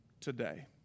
today